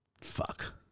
Fuck